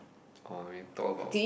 orh we talk about